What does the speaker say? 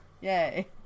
yay